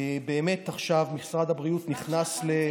באמת עכשיו משרד הבריאות נכנס לשוונג,